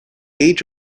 age